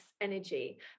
energy